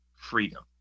freedom